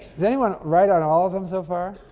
yeah anyone right on all of them so far?